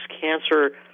cancer